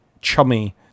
chummy